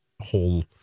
whole